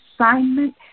assignment